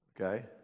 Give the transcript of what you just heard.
Okay